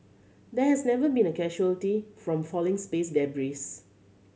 there has never been a casualty from falling space debris